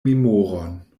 memoron